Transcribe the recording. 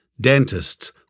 Dentists